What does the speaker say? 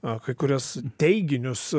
a kai kuriuos teiginius